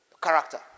character